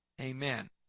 Amen